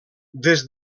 des